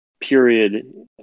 period